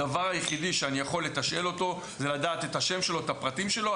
הדבר היחידי שאני יכול לתשאל אותו זה לדעת את השם שלו ואת הפרטים שלו,